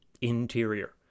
interior